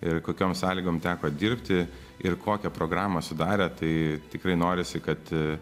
ir kokiom sąlygom teko dirbti ir kokią programą sudarė tai tikrai norisi kad